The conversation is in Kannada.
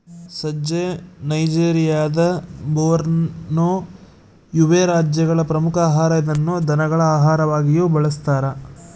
ಸಜ್ಜೆ ನೈಜೆರಿಯಾದ ಬೋರ್ನೋ, ಯುಬೇ ರಾಜ್ಯಗಳ ಪ್ರಮುಖ ಆಹಾರ ಇದನ್ನು ದನಗಳ ಆಹಾರವಾಗಿಯೂ ಬಳಸ್ತಾರ